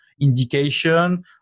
indication